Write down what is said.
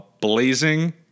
blazing